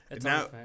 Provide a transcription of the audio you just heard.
now